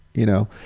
you know,